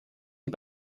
die